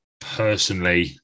personally